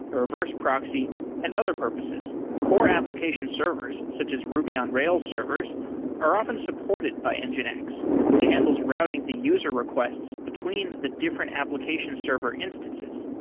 reverse proxy and other purposes. core applications servers such as ruby on rails servers are often supported by and nginx, which handles routing the user requests between the different application server instances.